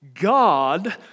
God